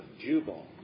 Jubal